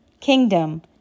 kingdom